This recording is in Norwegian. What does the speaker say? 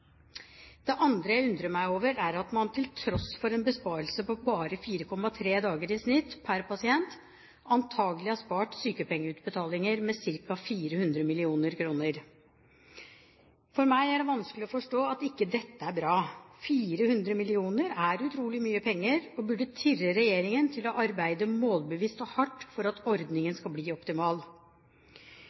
Det andre jeg undrer meg over, er at man, til tross for en besparelse på bare 4,3 dager i snitt per pasient, antakelig har spart ca. 400 mill. kr i sykepengeutbetalinger. For meg er det vanskelig å forstå at dette ikke er bra. 400 mill. kr er utrolig mange penger og burde stimulere regjeringen til å arbeide målbevisst og hardt for at ordningen skal bli optimal.